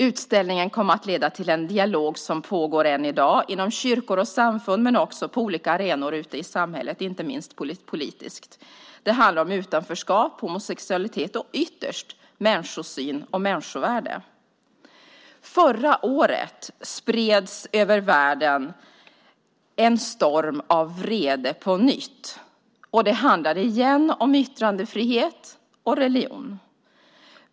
Utställningen kom att leda till en dialog som pågår än i dag inom kyrkor och samfund men också på olika arenor ute i samhället, inte minst politiskt. Det handlar om utanförskap, homosexualitet och ytterst människosyn och människovärde. Förra året spreds världen över en storm av vrede på nytt. Det handlade igen om yttrandefrihet och religion.